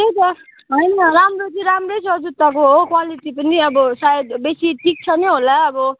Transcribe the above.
त्यही त होइन राम्रो चाहिँ राम्रै छ जुत्ताको हो क्वालिटी पनि अब सायद बेसी टिक्छ नै होला अब